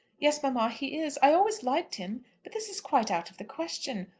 yes, mamma he is. i always liked him. but this is quite out of the question.